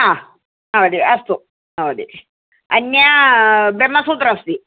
महोदय अस्तु महोदयि अन्यत् ब्रह्मसूत्रमस्ति